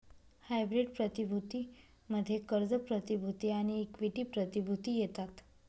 hybrid प्रतिभूती मध्ये कर्ज प्रतिभूती आणि इक्विटी प्रतिभूती येतात